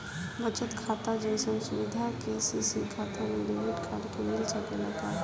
बचत खाता जइसन सुविधा के.सी.सी खाता में डेबिट कार्ड के मिल सकेला का?